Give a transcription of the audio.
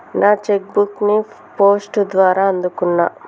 నా cheque book ని post ద్వారా అందుకున్నా